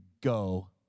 go